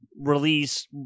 Release